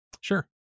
sure